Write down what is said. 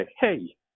hey